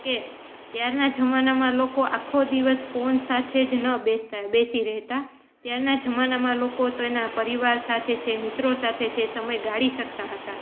કે ત્યારના જમાનામાં લોકો આખો દિવસ ફોન સાથે જ ન બેસતા બેસી રહેતા ત્યારના જમાનામાં લોકો તો એના પરિવાર સાથે છે મિત્રો સાથે છે એ સમય ગાળી શકતા હતા